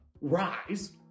rise